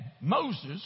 Moses